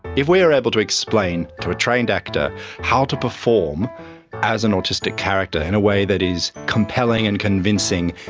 if we are able to explain to a trained actor how to perform as an autistic character in a way that is compelling and convincing,